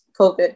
COVID